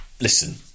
listen